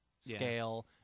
scale